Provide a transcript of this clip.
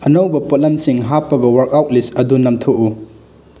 ꯑꯅꯧꯕ ꯄꯣꯠꯂꯝꯁꯤꯡ ꯍꯥꯞꯄꯒ ꯋꯥꯔꯛ ꯑꯥꯎꯠ ꯂꯤꯁ ꯑꯗꯨ ꯅꯝꯊꯣꯛꯎ